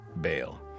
bail